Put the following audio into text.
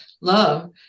love